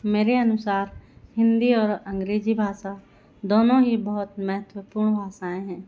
मेरे अनुसार हिंदी और अंग्रेजी भाषा दोनों ही बहुत महत्वपूर्ण भाषाएँ हैं